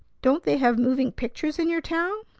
don't they have moving pictures in your town?